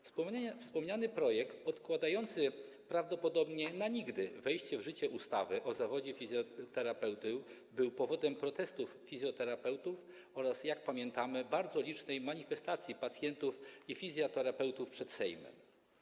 Wspomniany projekt odkładający prawdopodobnie na nigdy wejście w życie ustawy o zawodzie fizjoterapeuty był powodem protestów fizjoterapeutów oraz, jak pamiętamy, bardzo licznej manifestacji pacjentów i fizjoterapeutów przed Sejmem.